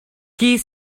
qui